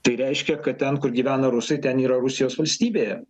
tai reiškia kad ten kur gyvena rusai ten yra rusijos valstybėje